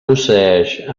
posseïx